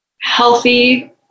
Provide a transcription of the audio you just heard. healthy